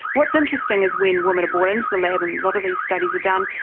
what's interesting is when women are brought into the lab and a lot of these studies are done,